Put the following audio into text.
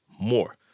more